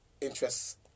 interests